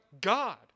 God